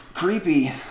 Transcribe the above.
creepy